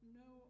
no